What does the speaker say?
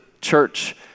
church